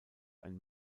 ein